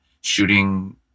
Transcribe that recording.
shooting